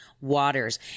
Waters